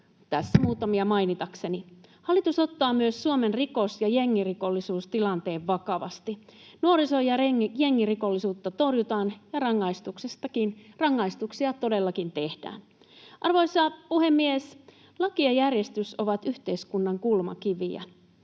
Tässä muutamia mainitakseni. Hallitus ottaa myös Suomen rikos- ja jengirikollisuustilanteen vakavasti. Nuoriso- ja jengirikollisuutta torjutaan, ja rangaistuksia todellakin tehdään. Arvoisa puhemies! Laki ja järjestys ovat yhteiskunnan kulmakiviä.